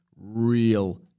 real